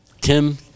Tim